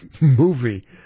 movie